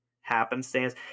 happenstance